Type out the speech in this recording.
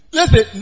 Listen